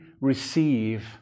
receive